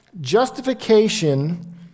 Justification